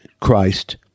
christ